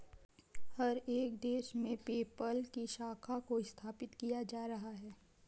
हर एक देश में पेपल की शाखा को स्थापित किया जा रहा है